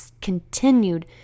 continued